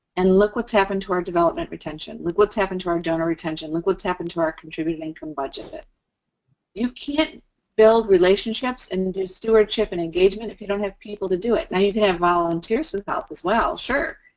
and look what's happened to our development retention. look what's happened to our donor retention. look what's happened to our contributing income budget you can't build relationships and do stewardship and engagement if you don't have people to do it. now, you can have volunteers help out, as well, sure.